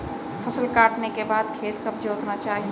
फसल काटने के बाद खेत कब जोतना चाहिये?